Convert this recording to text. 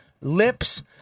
Lips